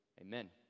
Amen